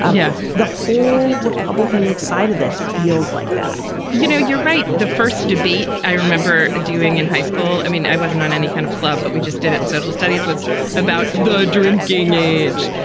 yeah. the whole republican side of this feels like that you know, you're right. the first debate i remember doing in high school, i mean, i wasn't on any kind of club, but we just did it in social studies was about the drinking age.